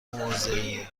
موذیه